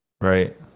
Right